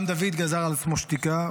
גם דוד גזר על עצמו שתיקה,